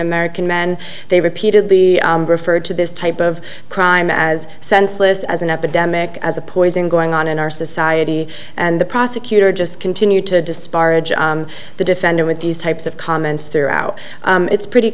american men they repeated the referred to this type of crime as senseless as an epidemic as a poison going on in our society and the prosecutor just continued to disparage the defender with these types of comments throughout it's pretty